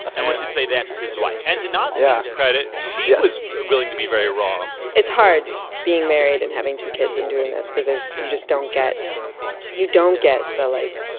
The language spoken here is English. and, we should say, that's his wife yeah and to nazanin's credit, she was willing to be very raw it's hard being married and having two kids and doing this cause there's you just don't get you don't get the, like,